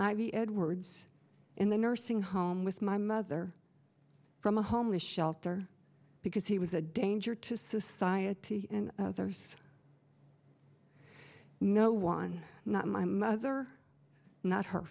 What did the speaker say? v edwards in the nursing home with my mother from a homeless shelter because he was a danger to society and others no one not my mother not her